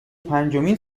پنجمین